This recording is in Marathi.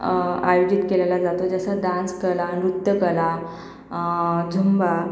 आयोजित केला जातो जसं डान्स कला नृत्य कला झुंबा